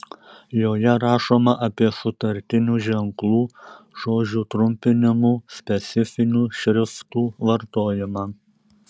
joje rašoma apie sutartinių ženklų žodžių trumpinimų specifinių šriftų vartojimą